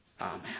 Amen